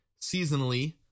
seasonally